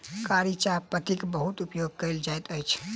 कारी चाह पत्तीक बहुत उपयोग कयल जाइत अछि